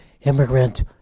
immigrant